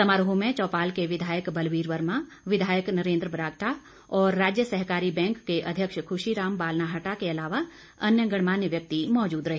समारोह में चौपाल के विधायक बलबीर वर्मा विधायक नरेन्द्र बरागटा और राज्य सहकारी बैंक के अध्यक्ष खुशी राम बालनाहटा के अलावा अन्य गणमान्य व्यक्ति मौजूद रहे